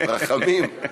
רחמים.